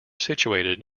situated